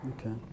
Okay